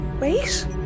Wait